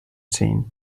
seen